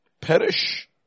perish